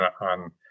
on